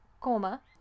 coma